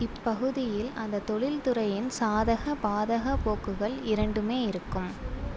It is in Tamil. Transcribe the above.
இப்பகுதியில் அந்த தொழில்துறையின் சாதக பாதக போக்குகள் இரண்டுமே இருக்கும்